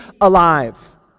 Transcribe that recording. alive